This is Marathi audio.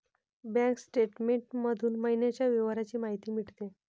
बँक स्टेटमेंट मधून महिन्याच्या व्यवहारांची माहिती मिळते